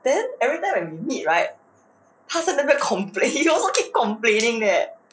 then every time when we meet right 他在那边 complain he also keep complaining eh